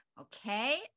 Okay